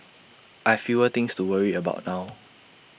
I fewer things to worry about now